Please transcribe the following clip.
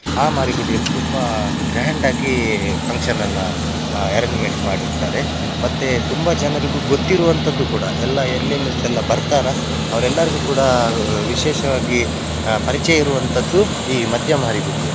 ಆ ಮಾರಿಗುಡಿಯಲ್ಲಿ ತುಂಬ ಗ್ರ್ಯಾಂಡಾಗಿ ಫಂಕ್ಷನನ್ನು ಎರೆಂಜ್ಮೆಂಟ್ ಮಾಡಿರ್ತಾರೆ ಮತ್ತೆ ತುಂಬ ಜನರಿಗೂ ಗೊತ್ತಿರುವಂಥದ್ದು ಕೂಡ ಎಲ್ಲ ಎಲ್ಲೆಲ್ಲಿಂದೆಲ್ಲ ಬರ್ತಾರೆ ಅವ್ರೆಲ್ರಿಗೂ ಕೂಡ ವಿಶೇಷವಾಗಿ ಪರಿಚಯ ಇರುವಂಥದ್ದು ಈ ಮದ್ಯ ಮಾರಿಗುಡಿಯೇ